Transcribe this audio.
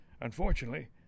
Unfortunately